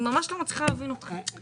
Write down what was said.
אני ממש לא מצליחה להבין אתכם.